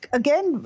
again